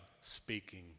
speaking